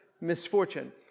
misfortune